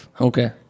Okay